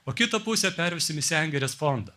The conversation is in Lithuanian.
o kitą pusę pervesim į sengirės fondą